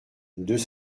deux